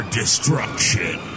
destruction